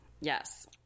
Yes